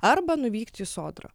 arba nuvykti į sodrą